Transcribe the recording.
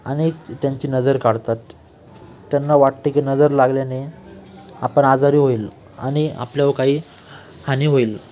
आणि त्यांची नजर काढतात त्यांना वाटते की नजर लागल्याने आपण आजारी होईल आणि आपल्यावर काही हानी होईल